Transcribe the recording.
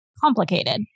complicated